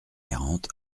quarante